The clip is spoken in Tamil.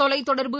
தொலைத்தொடர்பு